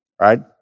Right